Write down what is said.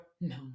No